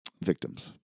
victims